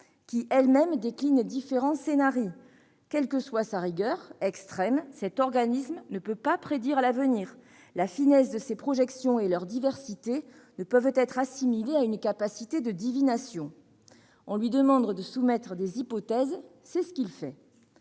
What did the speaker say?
qui, elles-mêmes, déclinent différents scenarii. En d'autres termes, quelle que soit sa rigueur, extrême, cet organisme ne peut pas prédire l'avenir ; la finesse de ses projections et leur diversité ne peuvent être assimilées à une capacité de divination. On lui demande de soumettre des hypothèses, c'est ce qu'il fait.